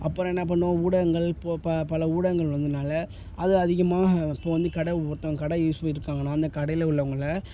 அப்புறம் என்ன பண்ணுவோம் ஊடகங்கள் இப்போ ப பல ஊடகங்கள் வந்ததினால அதை அதிகமாக இப்போ வந்து கடை ஒருத்தவங்கள் கடை யூஸ் பண்ணிகிட்டு இருக்காங்கன்னால் அந்த கடையில் உள்ளவங்களை